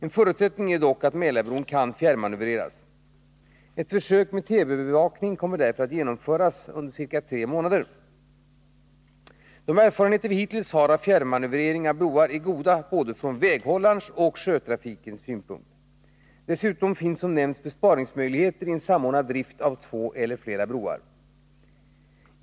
En förutsättning är dock att Mälarbron kan fjärrmanövreras. Ett försök med TV-övervakning kommer därför att genomföras under ca tre månader. Hittillsvarande erfarenheter av fjärrmanövrering av broar är goda både från väghållarens och sjötrafikens synpunkter. Dessutom finns som nämnts besparingsmöjligheter i en samordnad drift av två eller flera broar.